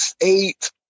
eight